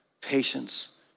patience